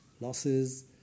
losses